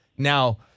Now